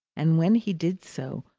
and when he did so,